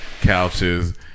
couches